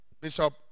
Bishop